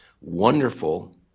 wonderful